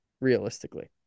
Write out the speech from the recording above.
realistically